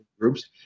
groups